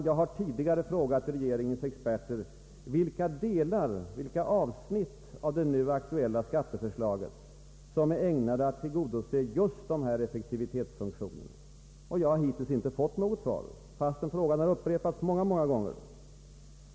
Jag har tidigare frågat regeringens experter vilka delar, vilka avsnitt av det nu aktuella skatteförslaget som är ägnade att tillgodose just dessa effektivitetsfunktioner. Jag har hittills inte fått något svar, fastän frågan har upprepats många många gånger.